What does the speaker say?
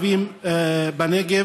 אכן נבנו מעונות יום בכפרים הערביים בנגב,